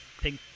pink